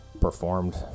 performed